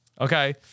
Okay